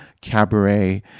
Cabaret